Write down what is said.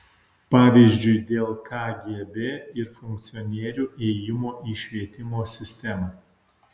pavyzdžiui dėl kgb ir funkcionierių ėjimo į švietimo sistemą